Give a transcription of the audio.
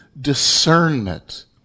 discernment